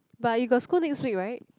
but you got school next week right